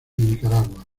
nicaragua